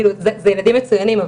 כאילו אזה ילדים מצוינים,